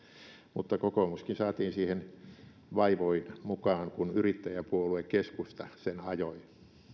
mutta kokoomuskin saatiin siihen vaivoin mukaan kun yrittäjäpuolue keskusta sen ajoi